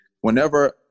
whenever